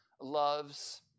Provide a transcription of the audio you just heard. loves